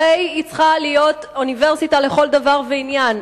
הרי היא צריכה להיות אוניברסיטה לכל דבר ועניין.